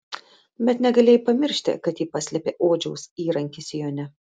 bet negalėjai pamiršti kad ji paslėpė odžiaus įrankį sijone